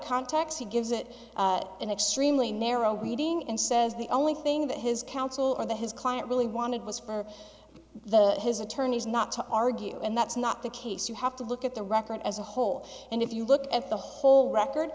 context he gives it an extremely narrow reading and says the only thing that his counsel or that his client really wanted was for the his attorneys not to argue and that's not the case you have to look at the record as a whole and if you look at the whole record